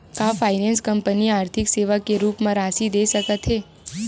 का finance company आर्थिक सेवा के रूप म राशि दे सकत हे?